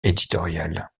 éditoriale